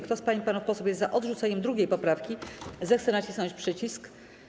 Kto z pań i panów posłów jest za odrzuceniem 2. poprawki, zechce nacisnąć przycisk.